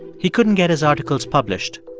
he couldn't get his articles published.